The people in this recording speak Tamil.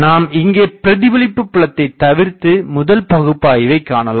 நாம் இங்கே பிரதிபலிப்பு புலத்தை தவிர்த்து முதல் பகுப்பாய்வை காணலாம்